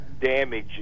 damage